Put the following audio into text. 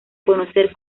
conocer